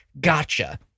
gotcha